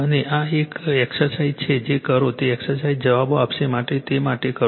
અને આ એક એક્સરસાઇઝ છે જે કરો તે એક્સરસાઇઝ જવાબો આપશે માટે તે માટે કરો